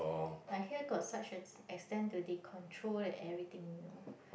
I hear got such ex~ extent to the they control the everything you know